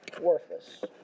worthless